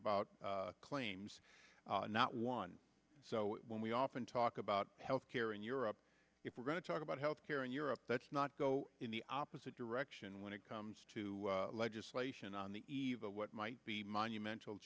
about claims not one so when we often talk about health care in europe if we're going to talk about health care and europe let's not go in the opposite direction when it comes to legislation on the eve of what might be monumental